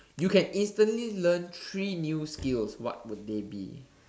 you can instantly learn three new skills what would they be